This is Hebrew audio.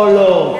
לא, לא, לא.